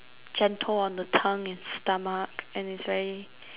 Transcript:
gentle on the tongue and stomach and it's very